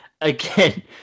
Again